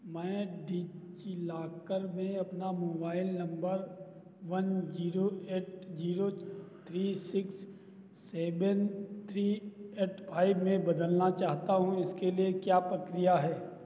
मैं डिज़िलॉकर में अपना mobile number one zero eight zero three six seven three eight five में बदलना चाहता हूँ इसके लिए क्या प्रक्रिया है